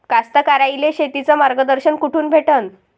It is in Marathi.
कास्तकाराइले शेतीचं मार्गदर्शन कुठून भेटन?